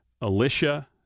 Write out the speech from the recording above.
Alicia